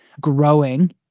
growing